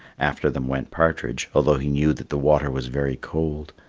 after them went partridge, although he knew that the water was very cold.